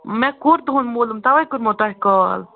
مےٚ کوٚر تُہٕنٛد معلوٗم تَوٕے کٔرٕمَو تۄہہِ کال